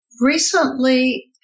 Recently